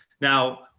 Now